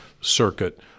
circuit